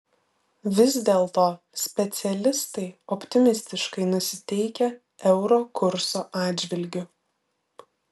vis dėlto specialistai optimistiškai nusiteikę euro kurso atžvilgiu